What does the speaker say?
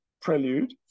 prelude